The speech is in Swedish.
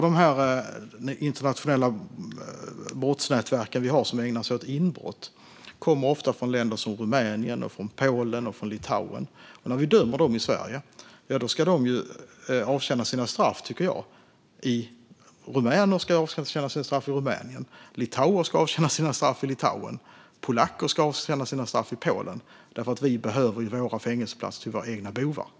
De internationella brottsnätverk vi har som ägnar sig åt inbrott kommer ofta från länder som Rumänien, Polen och Litauen. När vi har dömt dem i Sverige tycker jag att rumäner ska avtjäna sitt straff i Rumänien, litauer ska avtjäna sitt straff i Litauen och polacker ska avtjäna sitt straff i Polen, för vi behöver våra fängelseplatser till våra egna bovar.